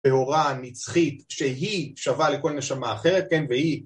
טהורה נצחית שהיא שווה לכל נשמה אחרת, כן, והיא